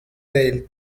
tailed